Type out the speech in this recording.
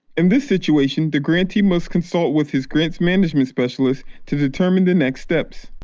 in this situation the grantee must consult with his grants management specialist to determine the next steps.